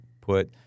put